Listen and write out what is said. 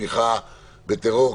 תמיכה בטרור,